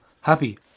happy